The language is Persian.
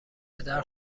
پدر